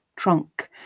trunk